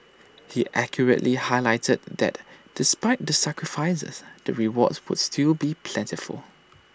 he accurately highlighted that despite the sacrifices the rewards would still be plentiful